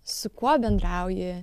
su kuo bendrauji